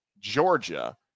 Georgia